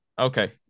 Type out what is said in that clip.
okay